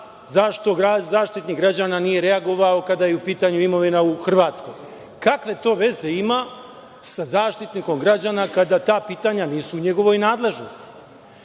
zašto Zaštitnik građana nije reagovao kada je u pitanju imovina u Hrvatskoj? Kakve to veze ima sa Zaštitnikom građana, kada ta pitanja nisu u njegovoj nadležnosti?